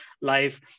life